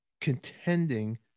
contending